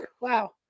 Wow